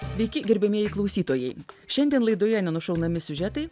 sveiki gerbiamieji klausytojai šiandien laidoje nenušaunami siužetai